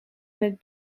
met